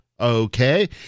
Okay